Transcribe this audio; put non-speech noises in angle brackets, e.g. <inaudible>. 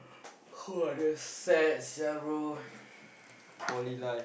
!wah! they're sad sia bro <breath>